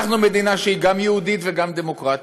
אנחנו מדינה שהיא גם יהודית וגם דמוקרטית.